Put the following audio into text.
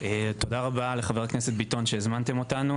תודה רבה לח"כ ביטון שהזמנתם אותנו,